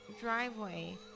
driveway